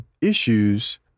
issues